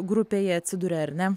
grupėje atsiduria ar ne